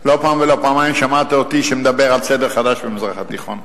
לא פעם ולא פעמיים שמעת אותי מדבר על סדר חדש במזרח התיכון.